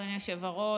אדוני היושב-ראש,